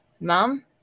Mom